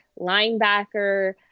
linebacker